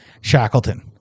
Shackleton